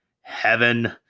Heaven